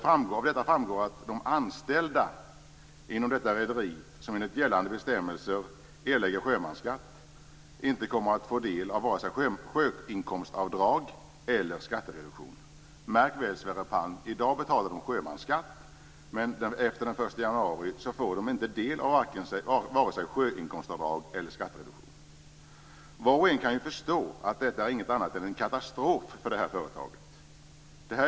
Av detta framgår att de anställda inom nämnda rederi, som enligt gällande bestämmelser erlägger sjömansskatt, inte kommer att få del av vare sig sjöinkomstavdrag eller skattereduktion. Märk väl, Sverre Palm, att de i dag betalar sjömansskatt, men efter den 1 januari får de inte del vare sig av sjöinkomstavdrag eller av skattereduktion! Var och en kan förstå att detta inte är något annat än en katastrof för det här företaget.